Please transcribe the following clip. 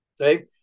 Okay